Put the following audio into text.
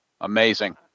Amazing